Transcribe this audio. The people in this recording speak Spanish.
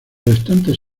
restantes